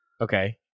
Okay